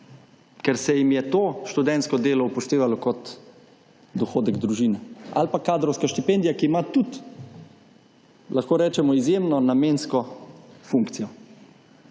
Ker se jim je to študentsko delo upoštevalo kot dohodek družine, ali pa kadrovska štipendija, ki ima tudi, lahko rečemo, izjemno namensko funkcijo.